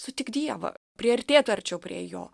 sutikt dievą priartėt arčiau prie jo